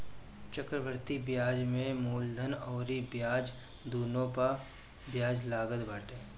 चक्रवृद्धि बियाज में मूलधन अउरी ब्याज दूनो पअ बियाज लागत बाटे